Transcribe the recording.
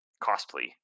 costly